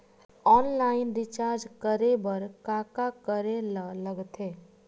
Online recharge करे बर का का करे ल लगथे?